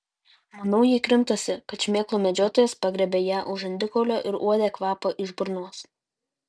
manau ji krimtosi kad šmėklų medžiotojas pagriebė ją už žandikaulio ir uodė kvapą iš burnos